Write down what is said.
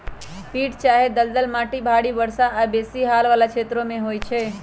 पीट चाहे दलदल माटि भारी वर्षा आऽ बेशी हाल वला क्षेत्रों में होइ छै